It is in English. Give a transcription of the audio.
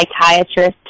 psychiatrist